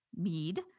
mead